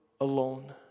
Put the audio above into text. alone